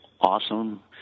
awesome